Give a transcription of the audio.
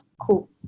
Cool